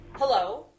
Hello